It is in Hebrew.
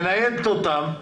מניידת אותם.